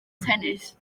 tennis